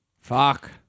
Fuck